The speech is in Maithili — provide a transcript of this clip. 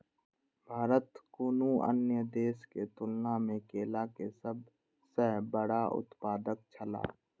भारत कुनू अन्य देश के तुलना में केला के सब सॉ बड़ा उत्पादक छला